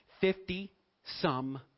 Fifty-some